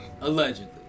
Allegedly